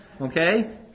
okay